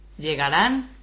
Llegarán